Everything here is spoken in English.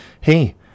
hey